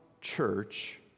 church